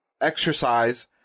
exercise